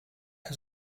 has